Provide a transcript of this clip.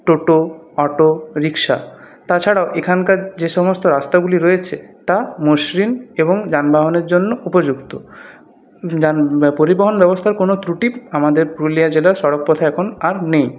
টোটো auto rickshaw তা ছাড়াও এখানকার যে সমস্ত রাস্তাগুলি রয়েছে তা মসৃণ এবং যানবাহনের জন্য উপযুক্ত যান পরিবহন ব্যবস্থার কোনো ত্রুটি আমাদের পুরুলিয়া জেলার সড়কপথে এখন আর নেই